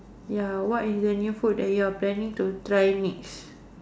ya what is the new food that you are planning to try next